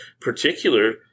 particular